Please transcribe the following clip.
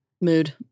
Mood